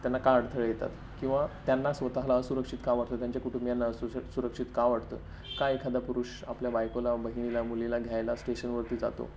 त्यांना का अडथळे येतात किंवा त्यांना स्वतःला असुरक्षित का वाटतं त्यांच्या कुटुंबियांना असु सुरक्षित का वाटतं का एखादा पुरुष आपल्या बायकोला बहिणीला मुलीला घ्यायला स्टेशनवरती जातो